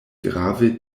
grave